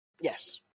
Yes